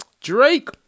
Drake